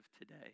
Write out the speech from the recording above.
today